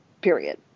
Period